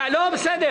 המציאות,